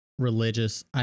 religious